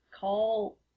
call